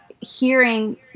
hearing